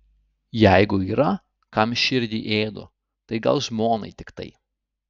jeigu yra kam širdį ėdu tai gal žmonai tiktai